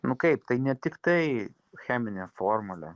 nu kaip tai ne tiktai cheminė formulė